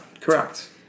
correct